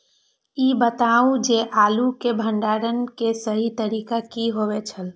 ई बताऊ जे आलू के भंडारण के सही तरीका की होय छल?